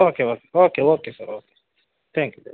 okay okay okay okay sir okay thank you